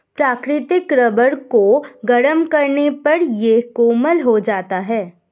प्राकृतिक रबर को गरम करने पर यह कोमल हो जाता है